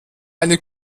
eine